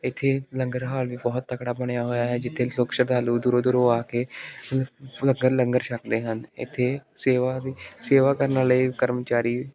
ਇੱਥੇ ਲੰਗਰ ਹਾਲ ਵੀ ਬਹੁਤ ਤਕੜਾ ਬਣਿਆ ਹੋਇਆ ਹੈ ਜਿੱਥੇ ਸੁੱਖ ਸ਼ਰਧਾਲੂ ਦੂਰੋਂ ਦੂਰੋਂ ਆ ਕੇ ਲੰਗਰ ਲੰਗਰ ਛਕਦੇ ਹਨ ਇੱਥੇ ਸੇਵਾ ਵੀ ਸੇਵਾ ਕਰਨ ਵਾਲੇ ਕਰਮਚਾਰੀ